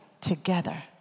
together